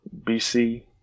BC